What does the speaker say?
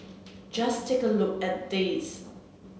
just take a look at these